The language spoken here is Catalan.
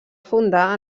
fundar